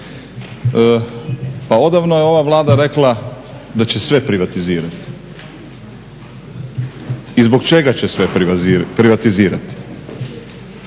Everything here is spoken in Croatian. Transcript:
Pa odavno je ova Vlada rekla da će sve privatizirati. I zbog čega će sve privatizirati?